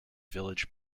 village